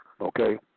Okay